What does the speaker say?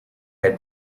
had